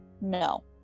no